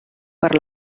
per